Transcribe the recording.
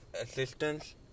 assistance